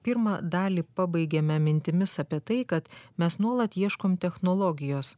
pirmą dalį pabaigėme mintimis apie tai kad mes nuolat ieškom technologijos